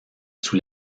sous